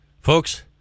Folks